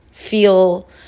feel